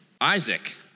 Isaac